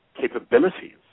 capabilities